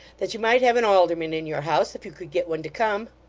that you might have an alderman in your house, if you could get one to come